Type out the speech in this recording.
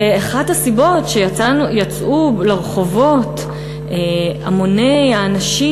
ואחת הסיבות שיצאו לרחובות המוני האנשים,